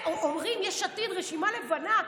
אומרים שיש עתיד רשימה לבנה,